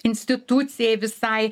institucijai visai